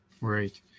Right